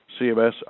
CMS